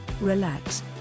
relax